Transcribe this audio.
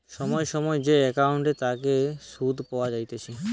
সময় সময় যে একাউন্টের তাকে সুধ পাওয়া যাইতেছে